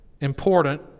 important